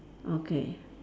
okay